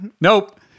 Nope